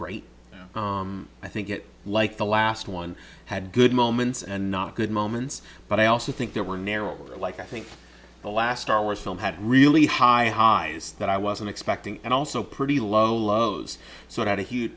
great i think it like the last one had good moments and not good moments but i also think there were narrow like i think the last star wars film had really high highs that i wasn't expecting and also pretty low lows so